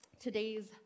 today's